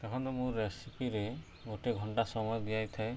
ଦେଖନ୍ତୁ ମୁଁ ରେସିପିରେ ଗୋଟେ ଘଣ୍ଟା ସମୟ ଦେଇଥାଏ